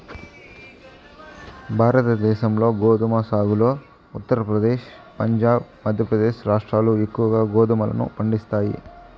భారతదేశంలో గోధుమ సాగులో ఉత్తరప్రదేశ్, పంజాబ్, మధ్యప్రదేశ్ రాష్ట్రాలు ఎక్కువగా గోధుమలను పండిస్తాయి